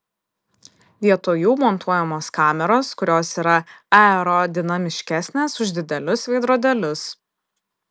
vietoj jų montuojamos kameros kurios yra aerodinamiškesnės už didelius veidrodėlius